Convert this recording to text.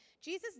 Jesus